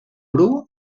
bru